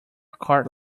cart